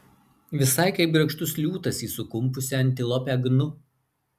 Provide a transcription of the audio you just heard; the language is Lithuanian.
visai kaip grakštus liūtas į sukumpusią antilopę gnu